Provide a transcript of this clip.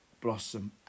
blossom